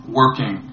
working